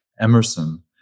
Emerson